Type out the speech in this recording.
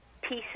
pieces